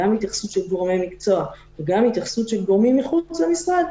גם התייחסות של גורמי מקצוע וגם התייחסות של גורמים מחוץ למשרד,